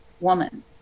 woman